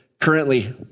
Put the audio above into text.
Currently